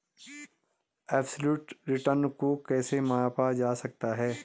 Absolute return को कैसे मापा जा सकता है?